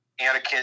Anakin